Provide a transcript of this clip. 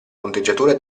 punteggiatura